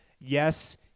Yes